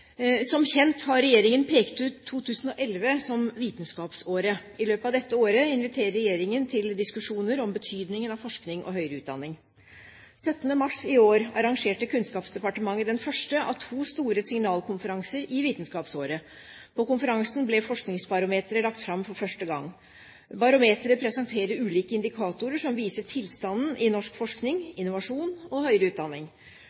Som kjent har regjeringen pekt ut 2011 som Vitenskapsåret. I løpet av dette året inviterer regjeringen til diskusjoner om betydningen av forskning og høyere utdanning. 17. mars i år arrangerte Kunnskapsdepartementet den første av to store signalkonferanser i Vitenskapsåret. På konferansen ble Forskningsbarometeret lagt fram for første gang. Barometeret presenterer ulike indikatorer som viser tilstanden i norsk forskning, innovasjon og høyere utdanning.